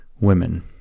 women